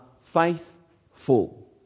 faithful